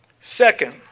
Second